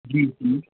जी हूं